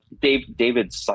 David